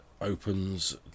opens